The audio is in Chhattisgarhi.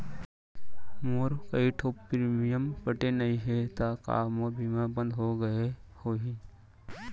मोर कई ठो प्रीमियम पटे नई हे ता का मोर बीमा बंद हो गए होही?